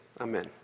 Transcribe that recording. amen